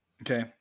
Okay